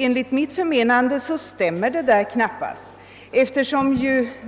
Enligt mitt förmenande stämmer knappast det resonemanget, eftersom